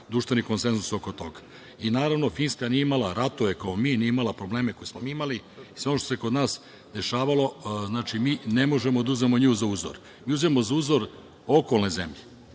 društveni konsenzus oko toga. Naravno, Finska nije imala ratove kao mi, nije imala probleme koje smo mi imali i sve ono što se kod nas dešavalo, znači, mi ne možemo da uzmemo njih za uzor. Mi uzimamo za uzor okolne zemlje.